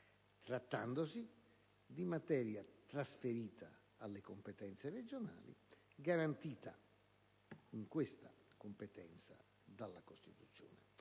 trattandosi di materia trasferita alle competenze regionali, garantita in questa competenza dalla Costituzione,